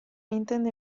intende